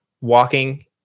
walking